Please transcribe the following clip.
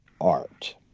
art